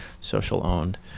social-owned